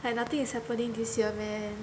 like nothing is happening this year man